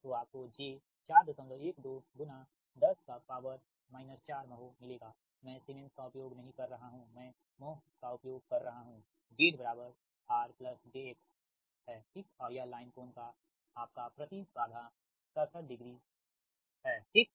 तो आपको j412 10 4 mho मिलेगा मैं सीमेंस का उपयोग नहीं कर रहा हूंमैं महो का उपयोग कर रहा हू Z R j X है ठीक और यह लाइन कोण का आपका प्रति बाधा 67 डिग्रीठीक है